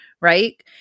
right